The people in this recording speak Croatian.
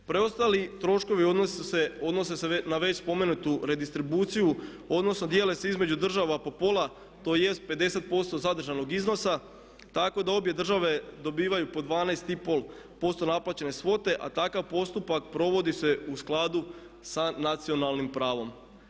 Preostali troškovi odnose se na već spomenutu redistribuciju odnosno dijele se između država po pola tj. 50% zadržanog iznosa tako da obje države dobivaju po 12,5% naplaćene svote a takav postupak provodi se u skladu sa nacionalnim pravom.